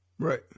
Right